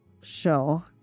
show